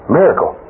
miracle